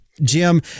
Jim